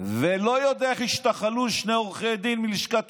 אני לא יודע איך השתחלו שני עורכי דין מלשכת